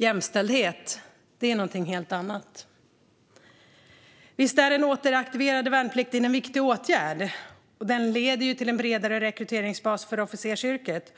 Jämställdhet är något helt annat. Visst är den återaktiverade värnplikten en viktig åtgärd, och den leder till en bredare rekryteringsbas för officersyrket.